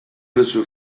duzu